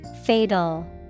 Fatal